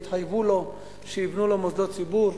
יתחייבו לו שיבנו לו מוסדות ציבור,